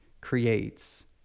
creates